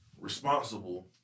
responsible